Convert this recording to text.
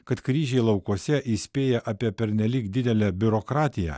kad kryžiai laukuose įspėja apie pernelyg didelę biurokratiją